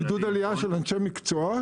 עידוד עלייה של אנשי מקצוע,